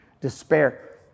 despair